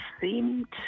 seemed